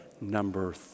Number